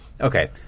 okay